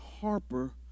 Harper